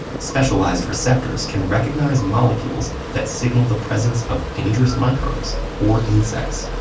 specialized receptors can recognize molecules that signal the presence of dangerous microbes or insects.